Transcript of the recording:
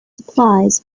supplies